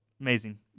amazing